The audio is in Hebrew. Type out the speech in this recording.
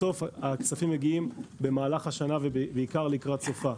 בסוף הכספים מגיעים במהלך השנה ובעיקר לקראת סופה.